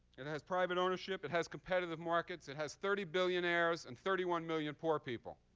and has private ownership. it has competitive markets. it has thirty billionaires and thirty one million poor people.